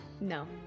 no